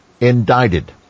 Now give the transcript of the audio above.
indicted